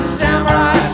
samurai